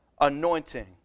anointing